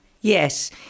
Yes